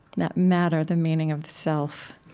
that matter, the meaning of the self